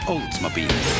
Oldsmobile